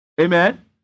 Amen